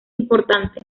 importante